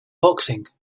boxing